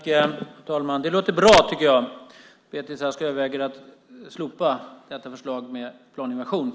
Herr talman! Jag tycker att det låter bra att Beatrice Ask överväger att slopa detta förslag om planinvasion.